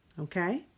Okay